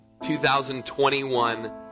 2021